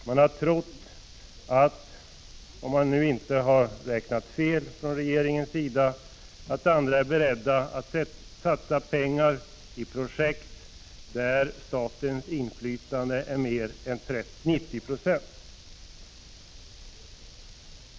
Man har trott att, om man nu inte har räknat fel från regeringens sida, andra är beredda att satsa pengar i projekt där statens inflytande är större än 90 90.